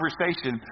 conversation